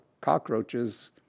cockroaches